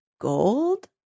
Gold